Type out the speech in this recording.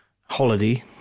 holiday